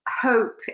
hope